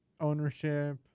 ownership